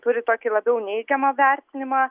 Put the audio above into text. turi tokį labiau neigiamą vertinimą